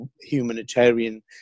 humanitarian